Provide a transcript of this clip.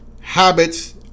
Habits